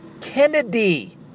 Kennedy